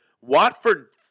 Watford